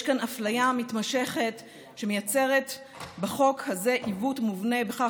יש כאן אפליה מתמשכת שמייצרת בחוק הזה עיוות מובנה בכך